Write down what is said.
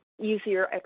Easier